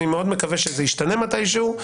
אני מאוד מקווה שזה ישתנה מתישהו,